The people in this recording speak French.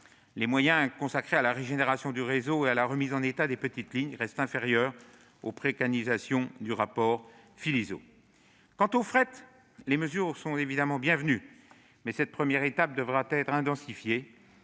Les moyens consacrés à la régénération du réseau et à la remise en état des petites lignes restent inférieurs aux préconisations du rapport Philizot. Quant au fret, les mesures sont évidemment bienvenues, mais cette première étape devra être intensifiée